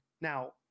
Now